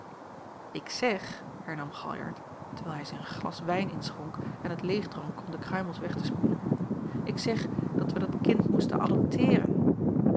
ik zeg hernam galjart terwijl hij zich een glas wijn inschonk en het leêgdronk om de kruimels weg te spoelen ik zeg dat wij dat kind moesten adopteeren